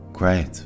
Great